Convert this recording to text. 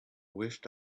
wished